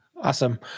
Awesome